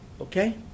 Okay